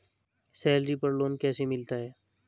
Salary पर loan कैसे मिलता है?